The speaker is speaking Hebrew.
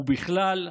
ובכלל,